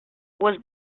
was